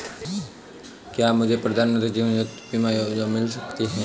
क्या मुझे प्रधानमंत्री जीवन ज्योति बीमा योजना मिल सकती है?